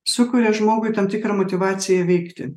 sukuria žmogui tam tikrą motyvaciją veikti